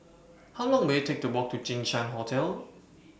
How Long Will IT Take to Walk to Jinshan Hotel